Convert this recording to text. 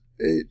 eight